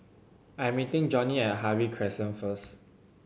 I'm meeting Johnnie at Harvey Crescent first